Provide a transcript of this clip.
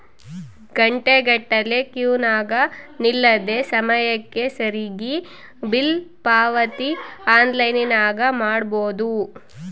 ಘಂಟೆಗಟ್ಟಲೆ ಕ್ಯೂನಗ ನಿಲ್ಲದೆ ಸಮಯಕ್ಕೆ ಸರಿಗಿ ಬಿಲ್ ಪಾವತಿ ಆನ್ಲೈನ್ನಾಗ ಮಾಡಬೊದು